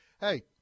hey